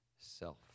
self